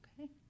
Okay